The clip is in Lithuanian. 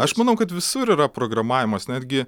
aš manau kad visur yra programavimas netgi